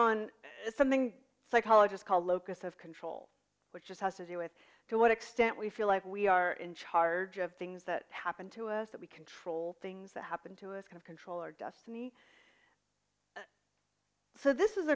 on something psychologists call locus of control which just has to do with to what extent we feel like we are in charge of things that happen to us that we control things that happen to us kind of control our destiny so this is